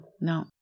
no